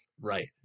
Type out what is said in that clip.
right